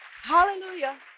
Hallelujah